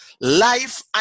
Life